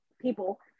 people